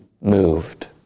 moved